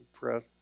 breath